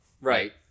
Right